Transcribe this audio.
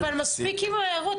תודה, אבל מספיק עם ההערות.